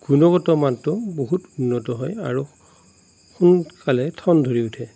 গুণগত মানটো বহুত উন্নত হয় আৰু সোনকালে ঠন ধৰি উঠে